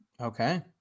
Okay